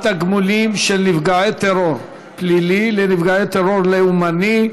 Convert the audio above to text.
תגמוליהם של נפגעי טרור פלילי לנפגעי טרור לאומני,